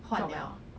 got say